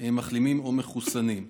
מחלימים או מחוסנים.